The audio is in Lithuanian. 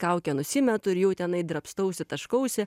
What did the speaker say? kaukę nusimetu ir jau tenai drabstausi taškausi